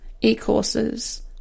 e-courses